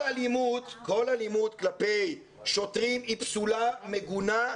כל אלימות כלפי שוטרים היא פסולה ומגונה.